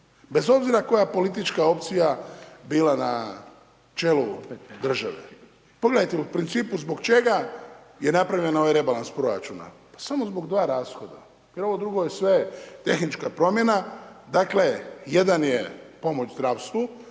Bez obzira koja politička opcija bila na čelu države. Pogledajte u principu zbog čega je napravljen ovaj rebalans proračuna? Pa samo zbog 2 rashoda, jer ovo drugo je sve tehnička promjena, dakle, jedan je pomoć zdravstvu